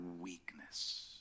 weakness